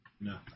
no